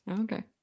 Okay